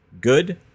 good